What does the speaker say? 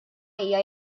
hija